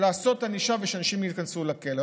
לעשות ענישה ושאנשים ייכנסו לכלא.